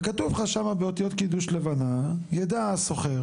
וכתוב לך שם באותיות קידוש לבנה ידע השוכר